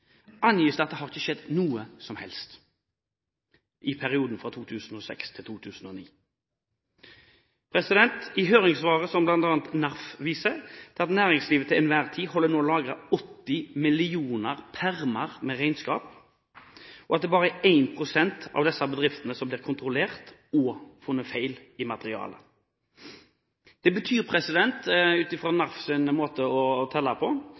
angis det at det ikke har skjedd noe som helst i perioden fra 2006 til 2009. I høringssvaret til NARF vises det bl.a. til at næringslivet til enhver tid holder lagret rundt 80 millioner regnskapspermer, og at det bare i 1 pst. av bedriftene som blir kontrollert, blir funnet feil i materialet. Det betyr, ut fra NARFs måte å telle på,